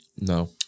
No